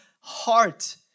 heart